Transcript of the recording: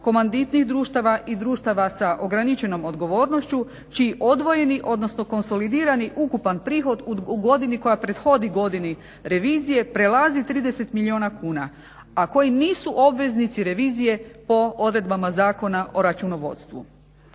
komanditnih društava i društava sa ograničenom odgovornošću čiji odvojeni odnosno konsolidirani ukupan prihod u godini koja prethodi godini revizije prelazi 30 milijuna kuna, a koji nisu obveznici revizije po odredbama Zakona o računovodstvu.